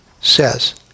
says